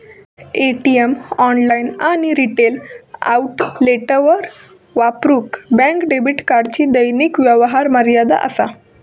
ATM, online आणि retail आउटलेटवर वापरूक बँक डेबिट कार्डची दैनिक व्यवहार मर्यादा असा